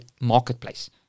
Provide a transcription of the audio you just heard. marketplace